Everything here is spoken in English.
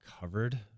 covered